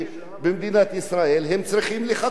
הם צריכים לחכות שלושה חודשים,